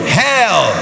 hell